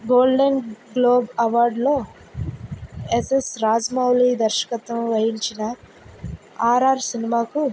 golden globe అవార్డ్లో S S Rajamouli దర్శకత్వం వహించిన ఆర్ఆర్ సినిమాకు